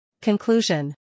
Conclusion